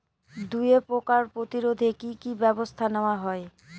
দুয়ে পোকার প্রতিরোধে কি কি ব্যাবস্থা নেওয়া হয়?